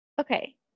okay